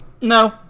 No